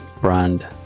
brand